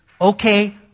okay